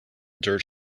dirt